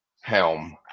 helm